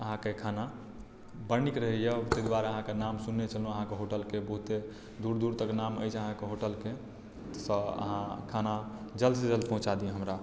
अहाँके खाना बड नीक रहैए आओर ताहि द्वारे अहाँके नाम सुनने छलहुँ अहाँके होटलके बहुते दूर दूर तक नाम अछि अहाँके होटलके से अहाँ खाना जल्दसँ जल्द पहुँचा दी हमरा